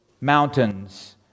mountains